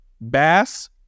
Bass